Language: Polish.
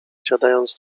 siadając